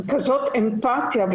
כזאת אמפתיה,